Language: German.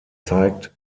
zeigt